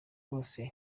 hose